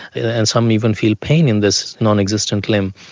and some even feel pain in this non-existent limb.